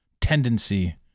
tendency